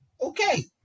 Okay